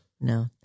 No